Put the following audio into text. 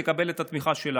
היא תקבל את התמיכה שלנו.